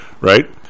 right